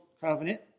covenant